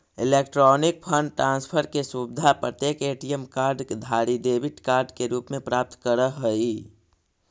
electronic fund transfer के सुविधा प्रत्येक ए.टी.एम कार्ड धारी डेबिट कार्ड के रूप में प्राप्त करऽ हइ